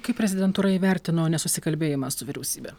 kaip prezidentūra įvertino nesusikalbėjimą su vyriausybe